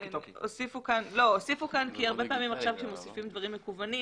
הוסיפו כאן כי הרבה פעמים כאשר מוסיפים דברים מקוונים,